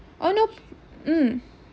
oh no mm